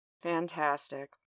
Fantastic